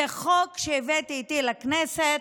זה חוק שהבאתי איתי לכנסת,